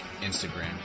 Instagram